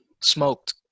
Smoked